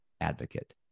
advocate